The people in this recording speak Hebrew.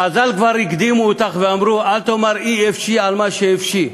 חז"ל כבר הקדימו אותך ואמרו: אל תאמר אי אפשי על מה שאפשי.